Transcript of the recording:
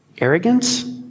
Arrogance